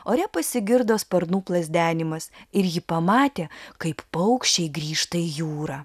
ore pasigirdo sparnų plazdenimas ir ji pamatė kaip paukščiai grįžta į jūrą